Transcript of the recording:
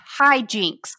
hijinks